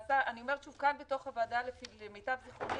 הרבה לפני המועדים שקובעים לנו בחוק,